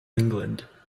england